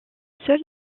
seul